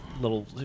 little